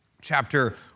chapter